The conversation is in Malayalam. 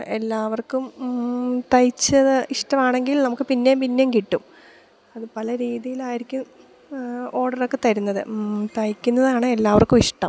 എല്ലാവർക്കും തയ്ച്ചത് ഇഷ്ടമാവുകയാണെങ്കിൽ നമുക്കു പിന്നേമ്പിന്നേം കിട്ടും അതു പല രീതിയിലായിരിക്കും ഓഡറൊക്കെ തരുന്നത് തയ്ക്കുന്നതാണ് എല്ലാവർക്കുമിഷ്ടം